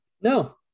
no